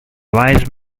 wise